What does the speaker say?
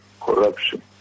corruption